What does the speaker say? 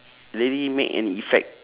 really make an effect